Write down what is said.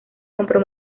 compró